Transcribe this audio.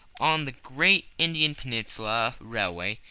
on the great indian peninsula railway,